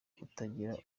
kutagira